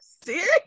serious